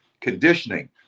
conditioning